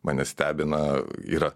mane stebina yra